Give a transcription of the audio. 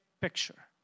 picture